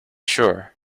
sure